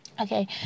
Okay